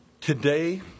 Today